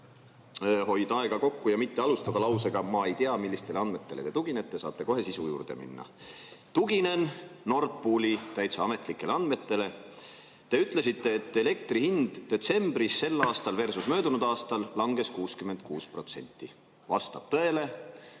hoida aega kokku ja mitte alustada lausega "Ma ei tea, millistele andmetele te tuginete", saate kohe sisu juurde minna. Tuginen Nord Pooli täitsa ametlikele andmetele. Te ütlesite, et elektri hind detsembris sel aastalversusmöödunud aastal langes 66%. Vastab tõele,